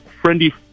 friendly